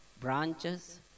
branches